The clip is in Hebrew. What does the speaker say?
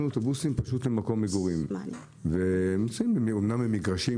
הם נמצאים במגרשים,